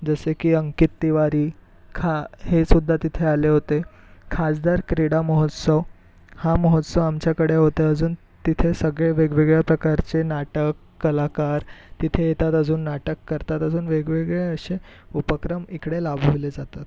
जसे की अंकित तिवारी खां हेसुध्दा तिथे आले होते खासदार क्रीडा महोत्सव हा महोत्सव आमच्याकडे होतो अजून तिथे सगळे वेगवेगळ्या प्रकारचे नाटक कलाकार तिथे येतात अजून नाटक करतात अजून वेगवेगळे असे उपक्रम इकडे राबवले जातात